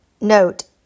Note